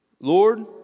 Lord